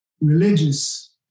religious